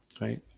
right